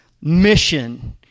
mission